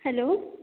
hello